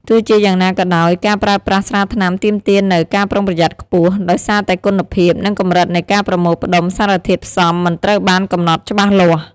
ទោះជាយ៉ាងណាក៏ដោយ ការប្រើប្រាស់ស្រាថ្នាំទាមទារនូវ ការប្រុងប្រយ័ត្នខ្ពស់ ដោយសារតែគុណភាព និងកម្រិតនៃការប្រមូលផ្តុំសារធាតុផ្សំមិនត្រូវបានកំណត់ច្បាស់លាស់។